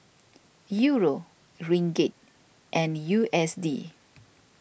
Euro Ringgit and U S D